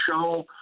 show